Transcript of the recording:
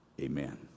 Amen